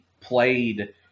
played